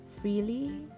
freely